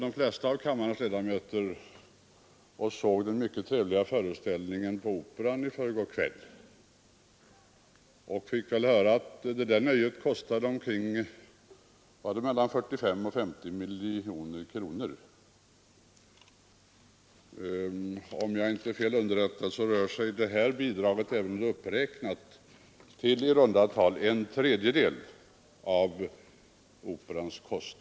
De flesta av kammarens ledamöter var väl och såg den mycket trevliga föreställningen på Operan i förrgår kväll och fick höra att det nöjet kostar mellan 45 och 50 miljoner kronor per år. Om jag inte är fel underrättad, rör sig bidraget till organisationer och samfund, även om det är uppräknat, om i runt tal en tredjedel av vad Operan kostar.